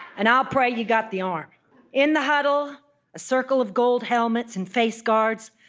and i'll pray you got the arm in the huddle, a circle of gold helmets and face guards,